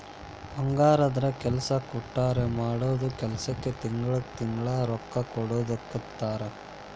ಪಗಾರಂದ್ರ ಕೆಲ್ಸಾ ಕೊಟ್ಟೋರ್ ಮಾಡಿದ್ ಕೆಲ್ಸಕ್ಕ ತಿಂಗಳಾ ತಿಂಗಳಾ ರೊಕ್ಕಾ ಕೊಡುದಕ್ಕಂತಾರ